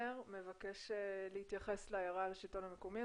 מבקש להתייחס להערה לגבי השלטון המקומי.